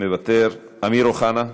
מוותר, אמיר אוחנה,